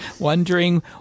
wondering